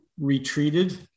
retreated